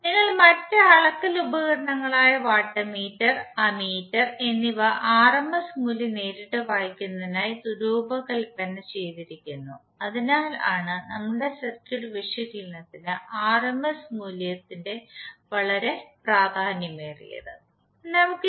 നിങ്ങളുടെ മറ്റ് അളക്കൽ ഉപകരണങ്ങളായ വോൾട്ട്മീറ്റർ അമ്മീറ്റർ എന്നിവ ആർഎംഎസ് മൂല്യം നേരിട്ട് വായിക്കുന്നതിനായി രൂപകൽപ്പന ചെയ്തിരിക്കുന്നു അതിനാലാണ് നമ്മുടെ സർക്യൂട്ട് വിശകലനത്തിന് ആർഎംഎസ് മൂല്യം വളരെ പ്രധാനമായത്